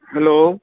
hello